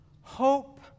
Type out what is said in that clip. Hope